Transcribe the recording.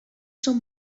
són